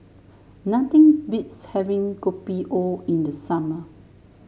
nothing beats having Kopi O in the summer